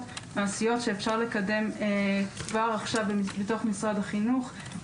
מעשיות שאפשר לקדם כבר עכשיו במערכת החינוך.